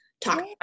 talk